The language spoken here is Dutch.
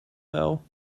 bijl